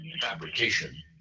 Fabrication